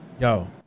yo